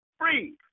free